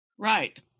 Right